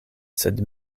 sed